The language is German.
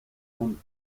von